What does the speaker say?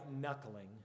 knuckling